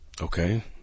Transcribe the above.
Okay